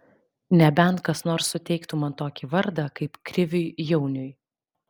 nebent kas nors suteiktų man tokį vardą kaip kriviui jauniui